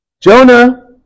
Jonah